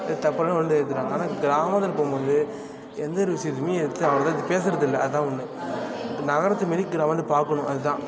இதை டப்புனு வந்து எடுத்துகிட்றாங்க ஆனால் கிராமத்தில் போகும்போது எந்த ஒரு விஷயத்தையுமே எடுத்து அவ்வளோதா பேசுகிறதில்ல அதுதான் ஒன்று நகரத்தை மாரி கிராமத்தை பார்க்கணும் அதுதான்